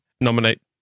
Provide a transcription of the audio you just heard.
Nominate